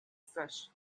search